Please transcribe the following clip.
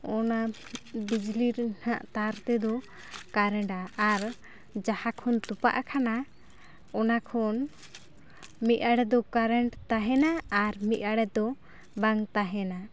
ᱚᱱᱟ ᱵᱤᱡᱽᱞᱤ ᱨᱮᱱᱟᱜ ᱛᱟᱨ ᱛᱮᱫᱚ ᱠᱟᱨᱮᱱᱴᱼᱟ ᱟᱨ ᱡᱟᱦᱟᱸᱠᱷᱚᱱ ᱛᱚᱯᱟᱜ ᱠᱟᱱᱟ ᱚᱱᱟ ᱠᱷᱚᱱ ᱢᱤᱫ ᱟᱲᱮ ᱫᱚ ᱠᱟᱨᱮᱱᱴ ᱛᱟᱦᱮᱱᱟ ᱟᱨ ᱢᱤᱫ ᱟᱲᱮ ᱫᱚ ᱵᱟᱝ ᱛᱟᱦᱮᱱᱟ